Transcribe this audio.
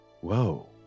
Whoa